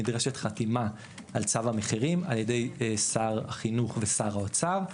נדרשת חתימה על צו המחירים על-ידי שר החינוך ושר האוצר.